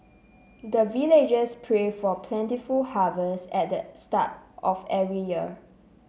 the villagers pray for plentiful harvest at the start of every year